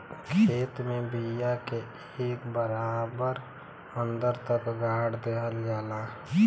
खेत में बिया के एक बराबर अन्दर तक गाड़ देवल जाला